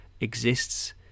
exists